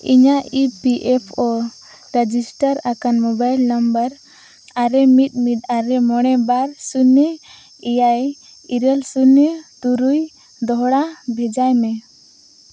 ᱤᱧᱟᱹᱜ P F O register ᱟᱠᱟᱱ number ᱱᱟᱢᱵᱟᱨ ᱟᱨᱮ ᱢᱤᱫ ᱢᱤᱫ ᱟᱨᱮ ᱢᱚᱬᱮ ᱵᱟᱨ ᱥᱩᱱᱱᱚ ᱮᱭᱟᱭ ᱤᱨᱟᱹᱞ ᱥᱩᱱᱱᱚ ᱛᱩᱨᱩᱭ ᱫᱚᱦᱲᱟ ᱵᱷᱮᱡᱟᱭ ᱢᱮ